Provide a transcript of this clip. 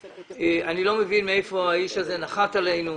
אני לא מבין מהיכן האיש הזה נחת עלינו.